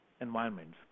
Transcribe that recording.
environments